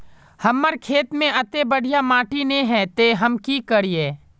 हमर खेत में अत्ते बढ़िया माटी ने है ते हम की करिए?